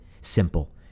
Simple